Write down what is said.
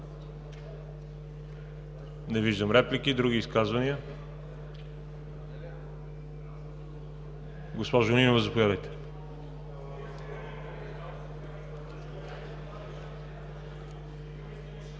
Не виждам реплики. Други изказвания? Госпожо Нинова, заповядайте.